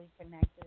connected